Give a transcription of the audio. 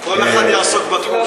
כל אחד יעסוק בתחום שלו.